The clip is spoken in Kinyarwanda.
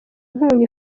inkunga